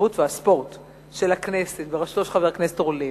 והספורט של הכנסת, בראשותו של חבר הכנסת אורלב.